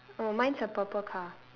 oh mine's a purple car